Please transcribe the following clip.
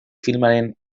filmaren